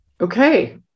okay